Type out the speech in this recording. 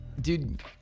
Dude